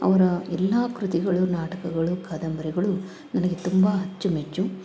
ಅವರ ಎಲ್ಲ ಕೃತಿಗಳು ನಾಟಕಗಳು ಕಾದಂಬರಿಗಳು ನನಗೆ ತುಂಬ ಅಚ್ಚುಮೆಚ್ಚು